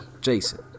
Jason